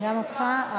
גם אותך?